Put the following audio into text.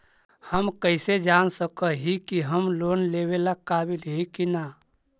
हम कईसे जान सक ही की हम लोन लेवेला काबिल ही की ना?